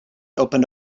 opened